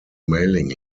mailing